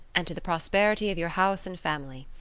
and to the prosperity of your house and family.